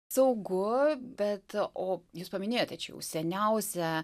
saugu bet o jūs paminėjote čia jau seniausią